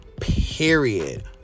Period